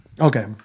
Okay